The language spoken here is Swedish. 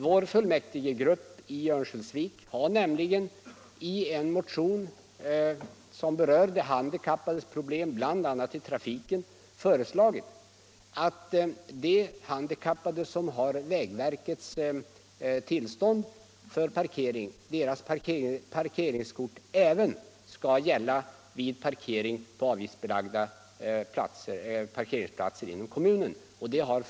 Vår fullmäktigegrupp i Örnsköldsvik har nämligen i en motion, som berör de handikappades problem bl.a. i trafiken, föreslagit att för handikappade som har vägverkets tillstånd skall parkeringskorten gälla även vid parkering på avgiftsbelagda parkeringsplatser inom kommunen.